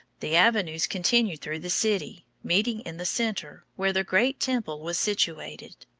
the avenues continued through the city, meeting in the center, where the great temple was situated.